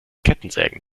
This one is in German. kettensägen